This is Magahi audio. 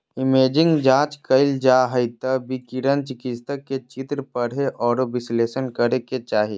इमेजिंग जांच कइल जा हइ त विकिरण चिकित्सक के चित्र पढ़े औरो विश्लेषण करे के चाही